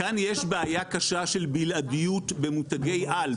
כאן יש בעיה קשה של בלעדיות במותגי על,